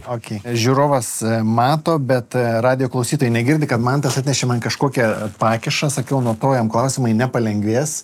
okei žiūrovas mato bet radijo klausytojai negirdi kad mantas atnešė man kažkokią pakišą sakiau nuo to jam klausimai nepalengvės